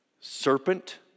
Serpent